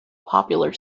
popular